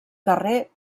carrer